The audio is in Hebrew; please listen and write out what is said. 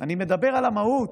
אני מדבר על המהות.